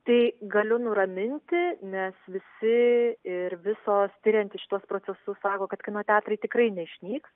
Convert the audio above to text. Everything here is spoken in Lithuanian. tai galiu nuraminti nes visi ir visos tiriantys šituos procesus sako kad kino teatrai tikrai neišnyks